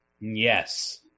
Yes